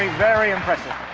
very impressive.